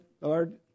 Lord